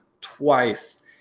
twice